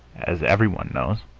as everyone knows,